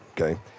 Okay